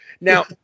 Now